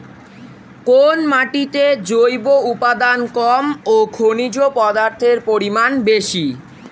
কোন মাটিতে জৈব উপাদান কম ও খনিজ পদার্থের পরিমাণ বেশি?